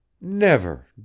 Never